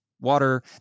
water